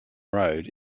road